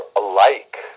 alike